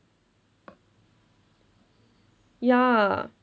ya